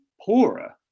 poorer